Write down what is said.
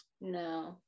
No